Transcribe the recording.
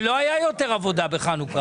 ולא הייתה יותר עבודה בחנוכה.